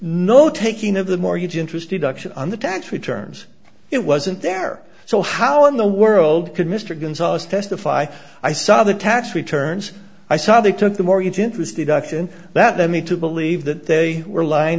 no taking of the mortgage interest deduction on the tax returns it wasn't there so how in the world could mr gonzalez testify i saw the tax returns i saw they took the mortgage interest deduction that let me to believe that they were lying